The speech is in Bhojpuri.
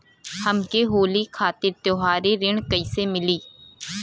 हमके होली खातिर त्योहारी ऋण कइसे मीली?